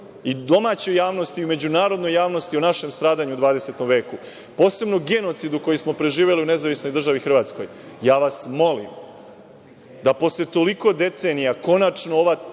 u domaćoj javnosti i u međunarodnoj javnosti o našem stradanju u 20. veku, posebno genocidu koji smo preživeli u Nezavisnoj državi Hrvatskoj, ja vas molim da posle toliko decenija konačno ova